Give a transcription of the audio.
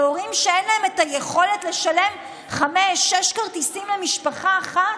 להורים שאין להם היכולת לשלם חמישה-שישה כרטיסים למשפחה אחת.